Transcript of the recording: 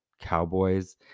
cowboys